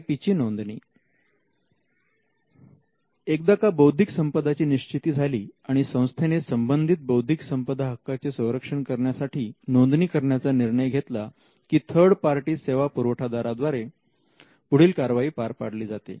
I P ची नोंदणी एकदा का बौद्धिक संपदा ची निश्चिती झाली आणि संस्थेने संबंधित बौद्धिक संपदा हक्काचे संरक्षण करण्यासाठी नोंदणी करण्याचा निर्णय घेतला की थर्ड पार्टी सेवा पुरवठादारा द्वारे पुढील कारवाई पार पाडले जाते